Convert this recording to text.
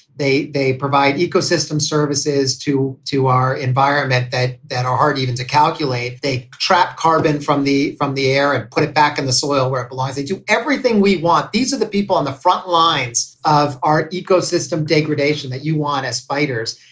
they they provide ecosystem services to to our environment that that are hard even to calculate if they trap carbon from the from the air and put it back in the soil where it belongs. they do everything we want. these are the people on the frontlines of our ecosystem degradation that you want as fighters.